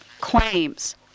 claims